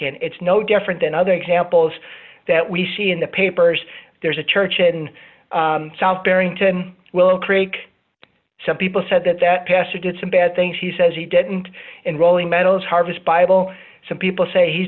and it's no different than other examples that we see in the papers there's a church in south barrington will create some people said that that pastor did some bad things he says he didn't in rolling meadows harvest bible some people say he's